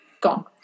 gone